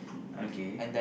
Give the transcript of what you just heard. okay